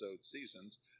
seasons